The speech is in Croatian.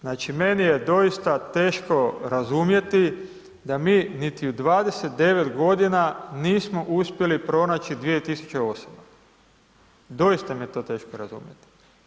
Znači, meni je doista teško razumjeti da mi niti u 29.g. nismo uspjeli pronaći 2000 osoba, doista mi je to teško razumjeti.